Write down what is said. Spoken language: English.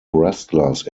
wrestlers